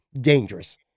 dangerous